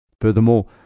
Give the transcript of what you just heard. Furthermore